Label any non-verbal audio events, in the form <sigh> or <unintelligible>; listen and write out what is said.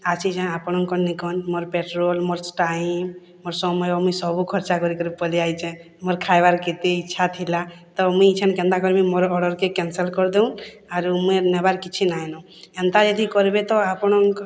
ଆସିଛେ ଆପଣଙ୍କ ନିକଟ୍ ମୋର୍ ପେଟ୍ରୋଲ୍ ମୋର୍ <unintelligible> ମୋର୍ ସମୟ ମୁଇଁ ସବୁ ଖର୍ଚ୍ଚା କରିକିରି ପଳାଇ ଆଇଛେ ମୋର୍ ଖାଇବାର୍ କେତେ ଇଚ୍ଛା ଥିଲା ତ ମୁଇଁ ଏଇଚ୍ଛନ୍ କେନ୍ତା କରିବି ମୋର ଅର୍ଡ଼ର୍ କେ କ୍ୟାନ୍ସଲ୍ କରଦଅଉଁ ଆରୁ ମୁଇଁ ନେବାର କିଛି ନାଇଁନୋ ଏନ୍ତା ଯଦି କରବେ ତ ଆପଣଙ୍କ